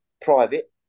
private